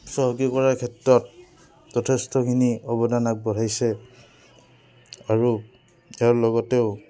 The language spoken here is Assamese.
চহকী কৰাৰ ক্ষেত্ৰত যথেষ্টখিনি অৱদান আগবঢ়াইছে আৰু ইয়াৰ লগতেও